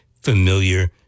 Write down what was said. familiar